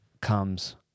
comes